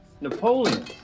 napoleon